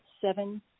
seven